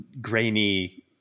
grainy